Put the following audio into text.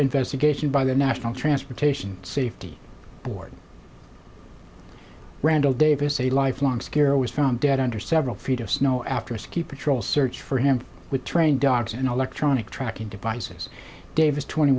investigation by the national transportation safety board randall davis a lifelong secure was found dead under several feet of snow after a ski patrol search for him with trained dogs and electronic tracking devices davis twenty